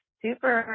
super